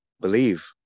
believe